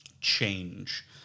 change